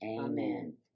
Amen